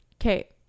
okay